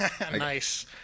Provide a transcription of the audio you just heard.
nice